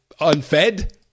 unfed